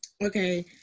Okay